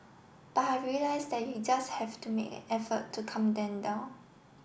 but I've realised that you just have to make an effort to calm them down